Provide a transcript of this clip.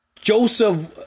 Joseph